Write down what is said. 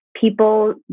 people